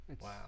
Wow